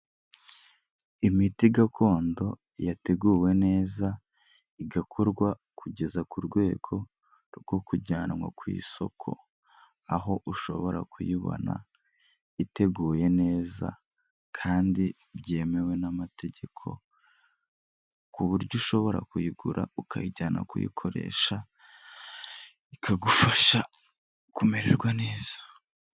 Imiti gakondo yateguwe neza igakorwa kugeza ku rwego rwo kujyanwa ku isoko, aho ushobora kuyibona iteguye neza kandi byemewe n'amategeko ku buryo ushobora kuyigura ukayijyana kuyikoresha ikagufasha kumererwa neza.